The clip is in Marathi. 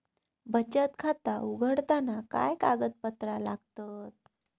बचत खाता उघडताना काय कागदपत्रा लागतत?